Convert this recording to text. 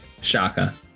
Shaka